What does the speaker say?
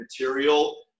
material